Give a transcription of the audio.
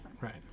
right